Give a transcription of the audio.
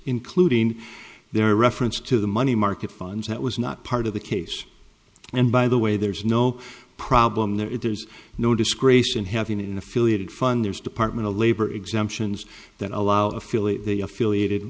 including their reference to the money market funds that was not part of the case and by the way there's no problem there is there's no disgrace in having an affiliated fund there's department of labor exemptions that allow affiliate